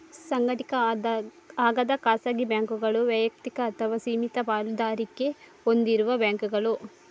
ಸಂಘಟಿತ ಆಗದ ಖಾಸಗಿ ಬ್ಯಾಂಕುಗಳು ವೈಯಕ್ತಿಕ ಅಥವಾ ಸೀಮಿತ ಪಾಲುದಾರಿಕೆ ಹೊಂದಿರುವ ಬ್ಯಾಂಕುಗಳು